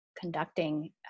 conducting